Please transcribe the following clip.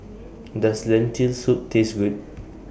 Does Lentil Soup Taste Good